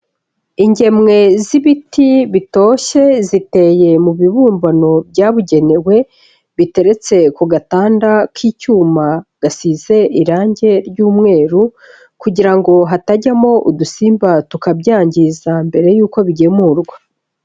Ingemwe z'ibiti bitoshye ziteye mu bibumbano byabugenewe, biteretse ku gatanda k'icyuma gasize irange ry'umweru kugira ngo hatajyamo udusimba tukabyangiza mbere yuko bigemurwa.